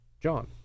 John